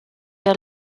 der